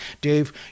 Dave